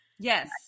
Yes